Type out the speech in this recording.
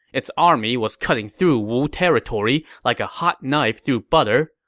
its army was cutting through wu territory like a hot knife through butter,